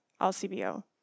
LCBO